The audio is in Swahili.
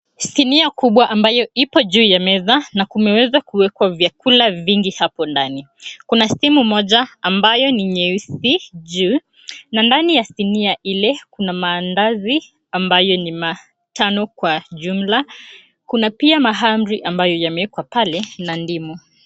Sinia kubwa ambayo ipo juu ya meza na kumeweza kuwekwa vyakula vingi hapo ndani. Kuna sinia moja ambayo ni nyeusi na ndani ya sinia ile kuna maandazi ambayo ni matano kwa jumla. Kuna pia mahamri ambayo yamewekwa pale na ndimu.